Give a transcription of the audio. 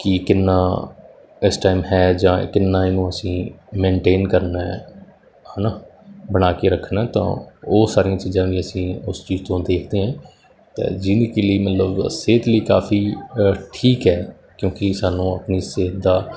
ਕੀ ਕਿੰਨਾ ਇਸ ਟਾਈਮ ਹੈ ਜਾਂ ਕਿੰਨਾ ਇਹਨੂੰ ਅਸੀਂ ਮੇਨਟੇਨ ਕਰਨਾ ਹੈ ਹੈ ਨਾ ਬਣਾ ਕੇ ਰੱਖਣਾ ਤਾਂ ਉਹ ਸਾਰੀਆਂ ਚੀਜ਼ਾਂ ਵੀ ਅਸੀਂ ਉਸ ਚੀਜ਼ ਤੋਂ ਦੇਖਦੇ ਹਾਂ ਤਾਂ ਜਿਹਦੇ ਕਿ ਮਤਲਬ ਸਿਹਤ ਲਈ ਕਾਫੀ ਠੀਕ ਹੈ ਕਿਉਂਕਿ ਸਾਨੂੰ ਆਪਣੀ ਸਿਹਤ ਦਾ